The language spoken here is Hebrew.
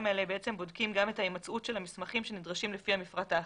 האלה בודקים גם את ההימצאות של המסמכים שנדרשים לפי המפרט האחיד,